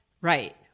Right